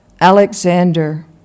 Alexander